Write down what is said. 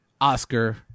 Oscar